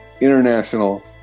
international